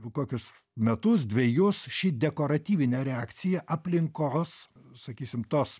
kokius metus dvejus ši dekoratyvinė reakcija aplinkos sakysim tos